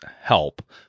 help